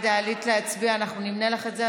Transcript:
עלית להצביע, אנחנו נמנה לך את זה.